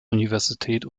universität